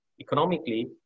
economically